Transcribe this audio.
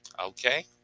Okay